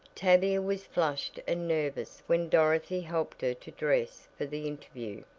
tavia was flushed and nervous when dorothy helped her to dress for the interview.